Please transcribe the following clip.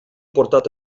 portat